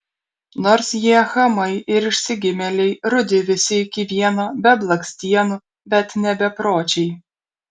nors jie chamai ir išsigimėliai rudi visi iki vieno be blakstienų bet ne bepročiai